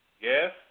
Yes